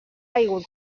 caigut